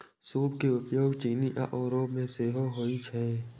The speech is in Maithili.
सूप के उपयोग चीन आ यूरोप मे सेहो होइ छै